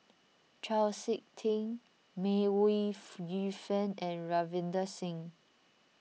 Chau Sik Ting May Ooi Yu Fen and Ravinder Singh